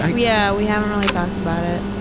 yeah, we haven't really talked about it.